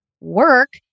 work